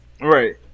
Right